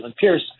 Pierce